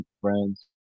friends